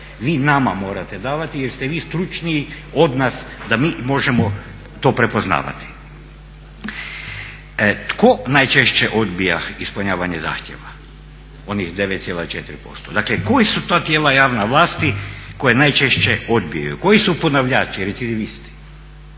vi nama morate davati jer ste vi stručniji od nas da mi možemo to prepoznavati. Tko najčešće odbija ispunjavanje zahtjeva? Oni s 9,4%. Dakle koja su to tijela javne vlasti koja najčešće odbiju, koji su ponavljači, recidivisti?